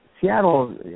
Seattle –